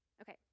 Okay